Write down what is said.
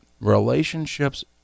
Relationships